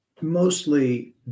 mostly